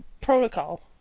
protocol